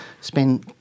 spend